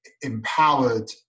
empowered